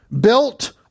built